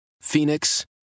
Phoenix